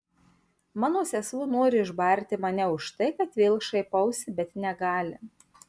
mano sesuo nori išbarti mane už tai kad vėl šaipausi bet negali